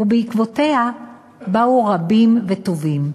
ובעקבותיה באו רבים וטובים.